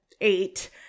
eight